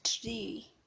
tree